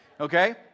Okay